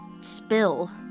spill